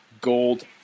gold